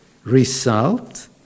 Result